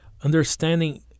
understanding